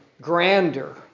grander